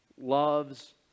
loves